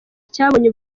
cyabonye